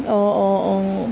অঁ অঁ অঁ